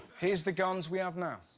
here's the guns we have now.